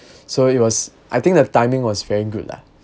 so it was I think the timing was very good lah